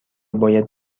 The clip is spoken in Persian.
باید